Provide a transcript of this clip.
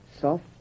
soft